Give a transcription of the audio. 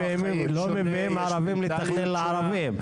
לא מביאים ערבים לתכנן לערבים,